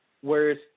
whereas